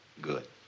Good